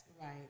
Right